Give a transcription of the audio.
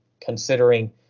considering